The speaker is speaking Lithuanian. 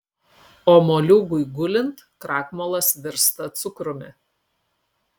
o moliūgui gulint krakmolas virsta cukrumi